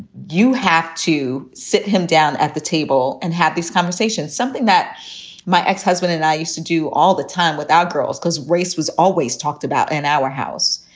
you have to sit him down at the table and have this conversation, something that my ex-husband and i used to do all the time with our girls, because race was always talked about in and our house,